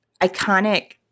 iconic